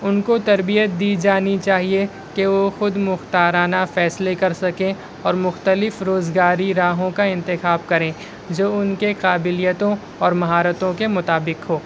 ان کو تربیت دی جانی چاہیے کہ وہ خود مختارانہ فیصلے کر سکیں اور مختلف روزگاری راہوں کا انتخاب کریں جو ان کے قابلیتوں اور مہارتوں کے مطابق ہو